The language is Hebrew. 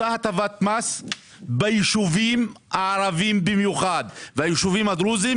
בנושא הטבת מס ביישובים הערבים במיוחד וביישובים הדרוזים,